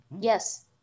Yes